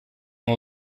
and